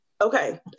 Okay